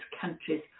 countries